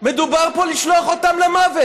מדובר פה על לשלוח אותם למוות.